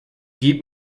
gib